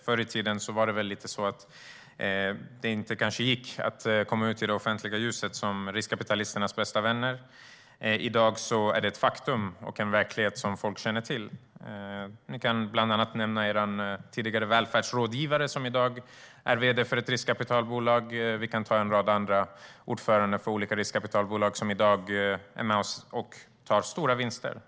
Förr i tiden kanske det inte gick att komma ut i offentlighetens ljus som riskkapitalisternas bästa vänner. I dag är det ett faktum och en verklighet som folk känner till. Jag kan bland annat nämna er tidigare välfärdsrådgivare som nu är vd för ett riskkapitalbolag. Vi har en rad andra ordförande för olika riskkapitalbolag som i dag tar ut stora vinster.